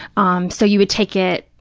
um so, you would take it,